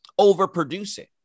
overproducing